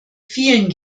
vielen